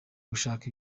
gushaka